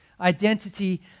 Identity